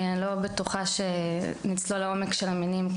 אני לא בטוחה שכדאי שנצלול אליהם כאן,